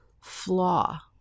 flaw